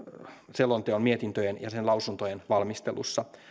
selonteon mietintöjen ja sen lausuntojen valmistelussa